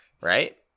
Right